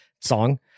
Song